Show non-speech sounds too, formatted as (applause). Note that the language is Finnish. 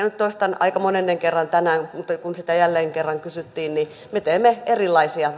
(unintelligible) nyt toistan aika monennen kerran tänään mutta kun sitä jälleen kerran kysyttiin me teemme erilaisia (unintelligible)